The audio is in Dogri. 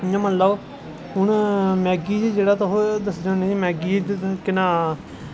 इ'यां मतलब जेह्ड़ा मैह्गी ऐ ते ओह् केह् नांऽ